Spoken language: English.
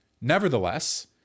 nevertheless